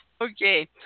Okay